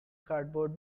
cardboard